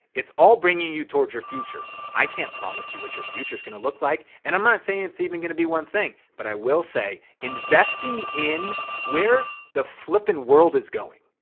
it's all bringing you towards your future. i can't promise you what your future is gonna look like. and i'm not saying it's even gonna be one thing, but i will say, investing in where the flipping world is going